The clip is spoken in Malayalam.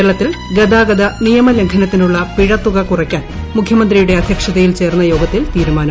കേരളത്തിൽ ഗതാഗത നിയമലംഘനത്തിനുള്ള പിഴ തുക കുറയ്ക്കാൻ മുഖ്യമന്ത്രിയുടെ അധ്യക്ഷതയിൽ ചേർന്ന യോഗത്തിൽ തീരുമാനം